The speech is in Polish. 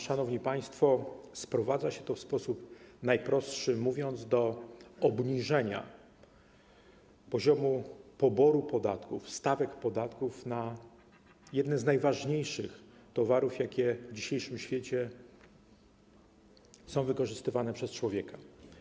Szanowni państwo, sprowadza się to, mówiąc w najprostszy sposób, do obniżenia poziomu poboru podatków, stawek podatków na jedne z najważniejszych towarów, jakie w dzisiejszym świecie są wykorzystywane przez człowieka.